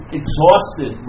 exhausted